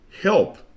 Help